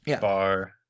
bar